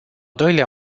doilea